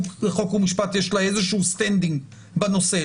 חוק ומשפט יש איזשהו סטנדינג בנושא,